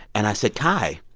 and i said, kai,